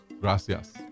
gracias